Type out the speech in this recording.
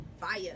Fire